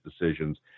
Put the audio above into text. decisions